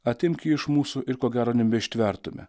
atimk jį iš mūsų ir ko gero nebeištvertume